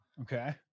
Okay